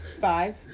five